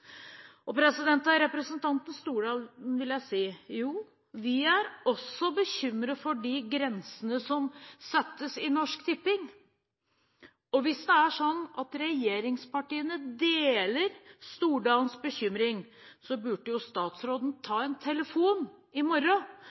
Til representanten Stordalen vil jeg si: Jo, vi er også bekymret for de grensene som settes i Norsk Tipping. Hvis det er sånn at regjeringspartiene deler Stordalens bekymring, burde jo statsråden ta en telefon i morgen